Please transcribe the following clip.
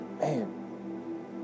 Man